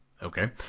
Okay